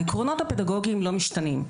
העקרונות הפדגוגיים לא משתנים,